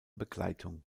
begleitung